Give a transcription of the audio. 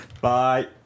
bye